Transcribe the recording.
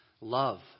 Love